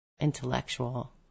intellectual